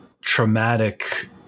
traumatic